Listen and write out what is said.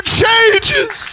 changes